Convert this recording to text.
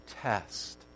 test